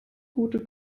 gute